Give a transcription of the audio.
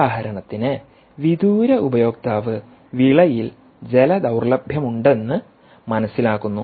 ഉദാഹരണത്തിന് വിദൂര ഉപയോക്താവ് വിളയിൽ ജലദൌർലഭ്യമുണ്ടെന്ന് മനസ്സിലാക്കുന്നു